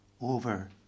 over